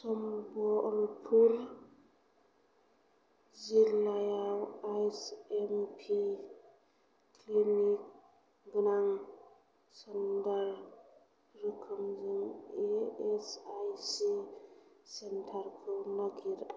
सम्बलपुर जिल्लायाव ISMP clinic गोनां सेन्थार रोखोमजों इएसआइसि सेन्टारखौ नागिर